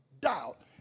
doubt